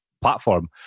platform